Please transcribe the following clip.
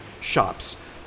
shops